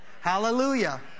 hallelujah